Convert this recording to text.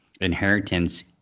inheritance